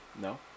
No